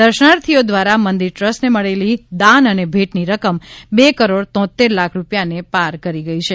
દર્શનાર્થીઓ દ્વારા મંદિર ટ્રસ્ટને મળેલી દાન અને ભેટની રકમ બે કરોડ તોંતેર લાખ રૂપિયાને પાર કરી ગઇ છે